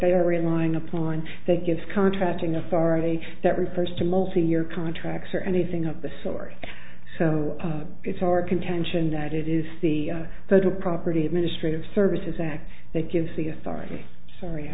they are relying upon that gives contracting authority that refers to multi year contracts or anything of the sort so it's our contention that it is the that a property administrative services act that gives the authority sorry